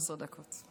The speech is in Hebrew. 12 דקות.